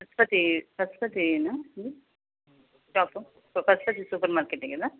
పశుపతి పశుపతి యేనా ఇది shop Pashupati supermarket కదా